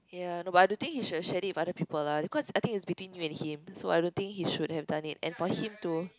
ya no but I don't think he should have shared it with other people lah because I think it's between you and him so I don't think he should have done it and for him to